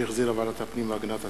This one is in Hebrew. שהחזירה ועדת הפנים והגנת הסביבה,